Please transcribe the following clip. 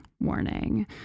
warning